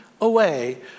away